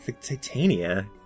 Titania